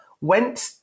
went